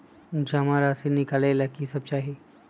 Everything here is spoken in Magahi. जमा राशि नकालेला कि सब चाहि?